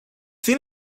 seen